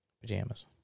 pajamas